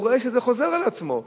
הוא רואה שזה חוזר על עצמו.